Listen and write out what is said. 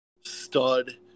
Stud